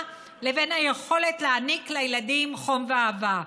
לבין היכולת להעניק לילדים חום ואהבה.